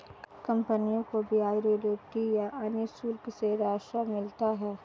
कंपनियों को ब्याज, रॉयल्टी या अन्य शुल्क से राजस्व मिलता है